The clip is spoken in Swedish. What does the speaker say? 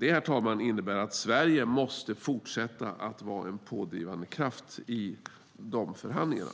Herr talman! Detta innebär att Sverige måste fortsätta att vara en pådrivande kraft i de förhandlingarna.